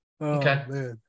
Okay